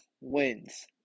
wins